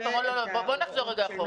--- בואו נחזור לרגע אחורה.